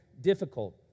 difficult